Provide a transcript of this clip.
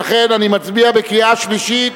ולכן אני מצביע בקריאה שלישית,